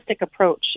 approach